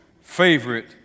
favorite